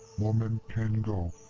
woman can go.